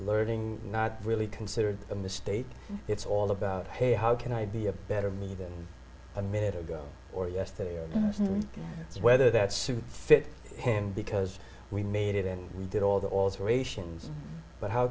learning not really considered a mistake it's all about hey how can i be a better me than a minute ago or yesterday or whether that suit fit him because we made it and we did all the alterations but how